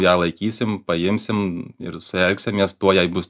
ją laikysim paimsim ir su ja elgsimės tuo jai bus